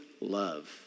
love